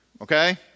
Okay